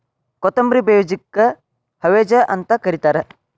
ಕೊತ್ತಂಬ್ರಿ ಬೇಜಕ್ಕ ಹವಿಜಾ ಅಂತ ಕರಿತಾರ